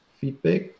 feedback